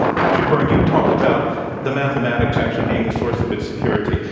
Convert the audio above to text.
patrick byrne, you talked about the mathematics actually being the source of its security.